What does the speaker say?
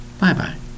Bye-bye